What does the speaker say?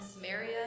Samaria